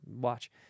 watch